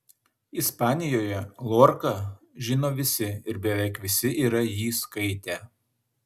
ispanijoje lorką žino visi ir beveik visi yra jį skaitę